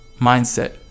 mindset